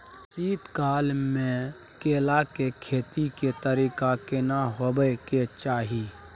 शीत काल म केला के खेती के तरीका केना होबय के चाही?